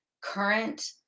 current